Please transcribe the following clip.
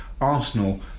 Arsenal